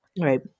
Right